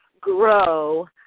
grow